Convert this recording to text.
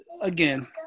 again